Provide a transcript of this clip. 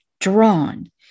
drawn